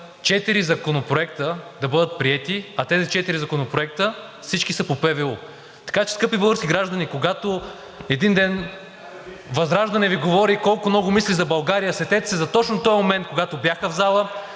четири законопроекта да бъдат приети, а тези четири законопроекта всичките са по ПВУ. Така че, скъпи български граждани, когато един ден ВЪЗРАЖДАНЕ Ви говори колко много мисли за България, сетете се за точно този момент, когато бяха в залата,